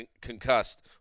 concussed